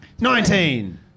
Nineteen